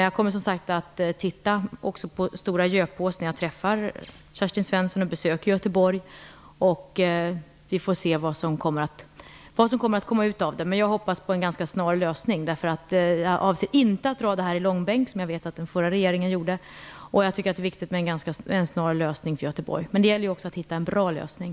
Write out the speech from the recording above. Jag kommer dock att också titta närmare på Stora Göpås när jag besöker Göteborg och träffar Kerstin Svensson. Vi får se vad som kommer ut av det besöket. Men jag hoppas på en snar lösning. Jag avser nämligen inte att dra detta i långbänk, vilket jag vet att den förra regeringen gjorde. Det är viktigt med en snar lösning för Göteborg. Det gäller dock att också hitta en bra lösning.